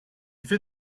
fait